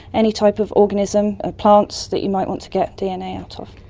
any type of organism, ah plants that you might want to get dna out of.